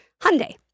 Hyundai